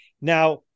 Now